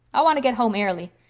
i want to git home airly.